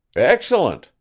excellent!